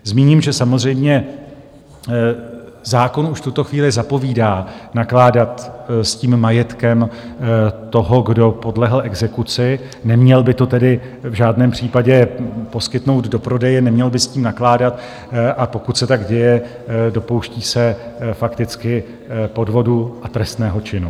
Zmíním, že samozřejmě zákon už v tuto chvíli zapovídá nakládat s tím majetkem toho, kdo podlehl exekuci, neměl by to tedy v žádném případě poskytnout do prodeje, neměl by s tím nakládat, a pokud se tak děje, dopouští se fakticky podvodu a trestného činu.